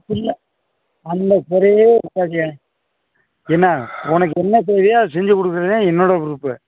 ஃபுல்லா அதெலாம் சரி என்ன உனக்கு என்னத் தேவையோ அதை செஞ்சுக் கொடுக்கறது தான் என்னோடய பொறுப்பு